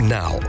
now